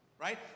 Right